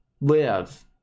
live